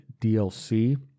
DLC